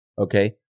Okay